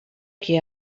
qui